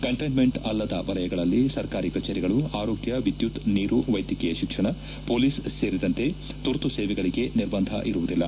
containment ಅಲ್ಲದ ವಲಯಗಳಲ್ಲಿ ಸರ್ಕಾರಿ ಕಚೇರಿಗಳು ಆರೋಗ್ಗ ವಿದ್ಯುತ್ ನೀರು ವೈದ್ಯಕೀಯ ಶಿಕ್ಷಣ ಪೊಲೀಸ್ ಸೇರಿದಂತೆ ತುರ್ತು ಸೇವೆಗಳಿಗೆ ನಿರ್ಬಂಧ ಇರುವುದಿಲ್ಲ